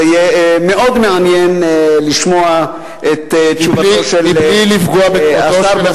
זה יהיה מאוד מעניין לשמוע את תשובתו של השר,